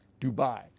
Dubai